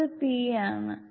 ഇത് p ആണ്